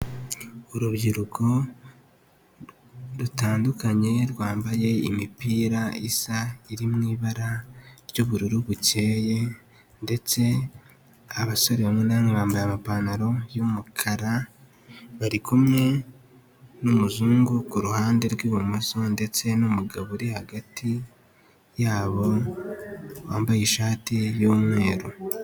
Urubyiruko rutandukanye, rwambaye imipira isa, iri mu ibara ry'ubururu bukeye, ndetse abasore bamwe na bamwe bambaye ama pantaro y'umukara, bari kumwe n'umuzungu ku ruhande rw'ibumoso, ndetse n'umugabo uri hagati yabo, wambaye ishati y'umweru.